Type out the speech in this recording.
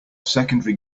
secondary